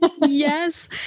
Yes